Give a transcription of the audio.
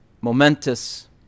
momentous